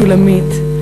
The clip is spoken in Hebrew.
שולמית,